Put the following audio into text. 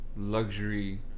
Luxury